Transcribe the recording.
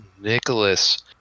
Nicholas